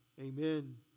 amen